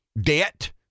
debt